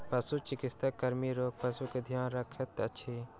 पशुचिकित्सा कर्मी रोगी पशु के ध्यान रखैत अछि